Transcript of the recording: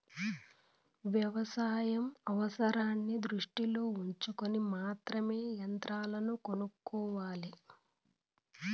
వ్యవసాయ అవసరాన్ని దృష్టిలో ఉంచుకొని మాత్రమే యంత్రాలను కొనుక్కోవాలి